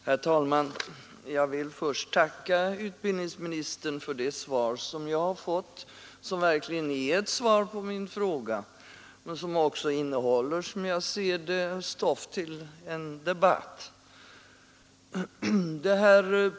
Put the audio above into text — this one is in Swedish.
Herr talman! Jag vill först tacka utbildningsministern för det svar som jag har fått, vilket verkligen är ett svar på min fråga men som också innehåller, som jag ser det, stoff till en debatt.